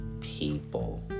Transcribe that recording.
people